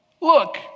look